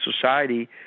society